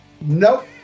Nope